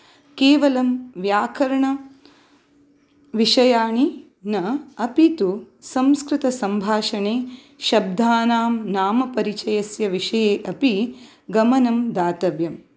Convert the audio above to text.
केवलं व्याकरणविषयाणि न अपि तु संस्कृतसंभाषणे शब्दानां नाम परिचयस्य विषये अपि गमनं दातव्यम्